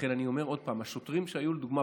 לכן אני אומר עוד פעם: רוב השוטרים שהיו במירון,